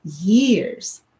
years